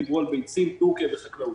דיברו על ביצים, טורקיה וחקלאות.